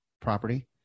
property